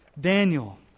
Daniel